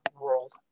world